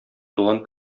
туган